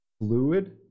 fluid